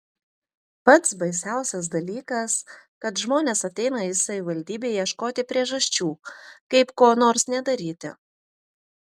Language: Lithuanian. pats baisiausias dalykas kad žmonės ateina į savivaldybę ieškoti priežasčių kaip ko nors nedaryti